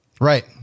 right